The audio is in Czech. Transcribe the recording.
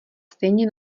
stejně